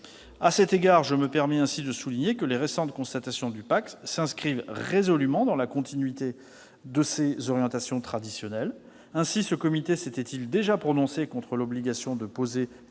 À cet égard, je me permets de souligner que les récentes constatations du Pacte s'inscrivent résolument dans la continuité de ses orientations traditionnelles. Le Comité s'était ainsi déjà prononcé contre l'obligation de poser